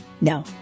No